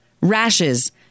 rashes